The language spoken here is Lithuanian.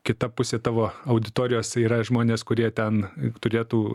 kita pusė tavo auditorijos yra žmonės kurie ten turėtų